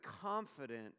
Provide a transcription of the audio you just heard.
confident